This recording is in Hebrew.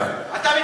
תתנשא.